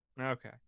Okay